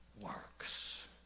works